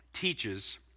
teaches